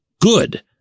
good